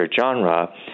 genre